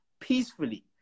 peacefully